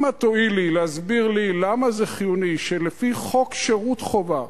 אם את תואילי להסביר לי למה זה חיוני שלפי חוק שירות חובה,